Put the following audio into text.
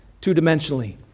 two-dimensionally